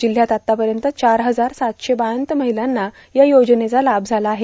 जिल्हयात आतापर्यंत चार हजार सातशे बाळांत महिलांना या योजनेचा लाभ झाला आहे